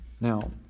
Now